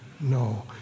no